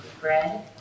bread